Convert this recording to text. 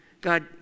God